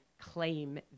claim